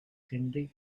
henry